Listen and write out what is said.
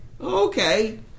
Okay